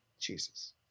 Jesus